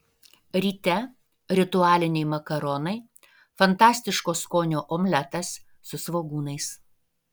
ryte ritualiniai makaronai fantastiško skonio omletas su svogūnais